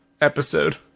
episode